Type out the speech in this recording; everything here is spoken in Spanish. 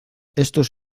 estos